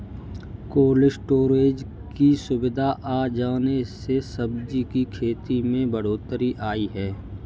cold storage की सुविधा आ जाने से सब्जी की खेती में बढ़ोत्तरी आई है